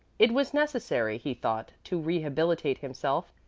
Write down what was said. it was necessary, he thought, to rehabilitate himself,